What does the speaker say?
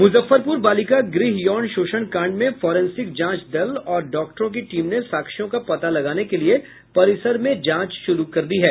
मुजफ्फरपुर बालिका गृह यौन शोषण कांड में फोरेंसिंक जांच दल और डॉक्टरों की टीम ने साक्ष्यों का पता लगाने के लिए परिसर में जांच शुरू कर दी है